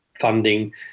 funding